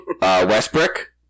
Westbrook